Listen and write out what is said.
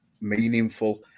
meaningful